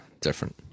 different